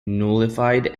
nullified